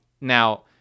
Now